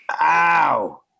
ow